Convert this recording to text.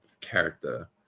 character